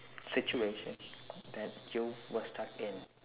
situation that you were stuck in